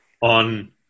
on